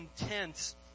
intense